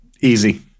Easy